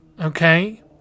Okay